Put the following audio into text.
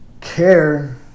care